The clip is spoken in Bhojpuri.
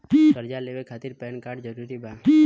कर्जा लेवे खातिर पैन कार्ड जरूरी बा?